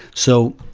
so,